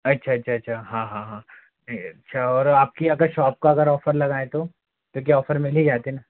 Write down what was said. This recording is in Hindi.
अच्छा अच्छा अच्छा हाँ हाँ हाँ अच्छा और आपकी अगर शौप का अगर औफर लगाएं तो तो क्या औफर मिल ही जाते ना